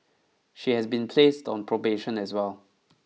she has been placed on probation as well